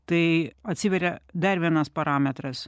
tai atsiveria dar vienas parametras